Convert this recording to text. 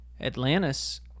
Atlantis